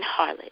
harlot